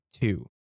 two